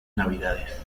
navidades